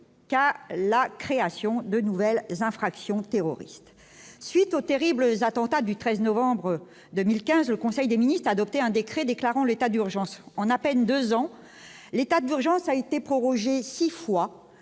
qu'à la création de nouvelles infractions terroristes suite au terrible attentat du 13 novembre 2015 le Conseil des ministres a adopté un décret déclarant l'état d'urgence en à peine 2 ans, l'état d'urgence a été prorogée 6 fois